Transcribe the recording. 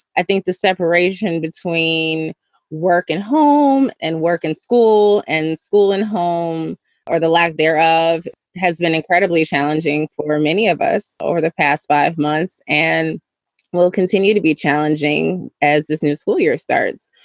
i think the separation between work and home and work and school and school and home or the lack thereof has been incredibly challenging for many of us over the past five months and will continue to be challenging as this new school year starts.